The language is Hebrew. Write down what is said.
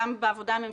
גם בעבודה הממשלתית,